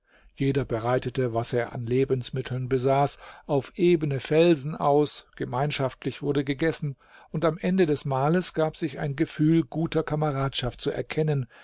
jeder breitete was er an lebensmitteln besaß auf ebene felsen aus gemeinschaftlich wurde gegessen und am ende des mahles gab sich ein gefühl guter kameradschaft zu erkennen